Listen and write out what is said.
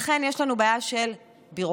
לכן יש לנו בעיה של ביורוקרטיה,